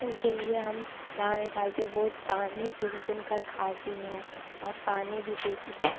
उनके लिए हम दाने डालते वह दाने चुन चुन कर खाती हैं और पानी भी पीती हैं